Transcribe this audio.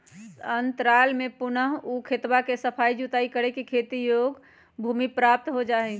अंतराल में पुनः ऊ खेतवा के सफाई जुताई करके खेती योग्य भूमि प्राप्त हो जाहई